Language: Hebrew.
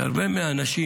שלהרבה מהאנשים